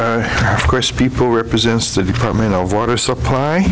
meyer course people represents the department of water supply